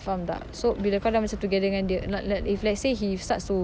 faham tak so bila kau dah macam together dengan dia not not if let's say he starts to